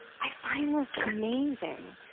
i find this amazing,